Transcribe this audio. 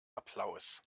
applaus